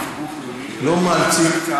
לא מאלצים.